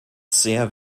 sehr